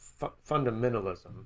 fundamentalism